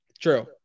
True